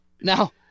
Now